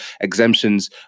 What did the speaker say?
exemptions